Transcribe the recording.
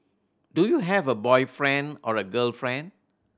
do you have a boyfriend or a girlfriend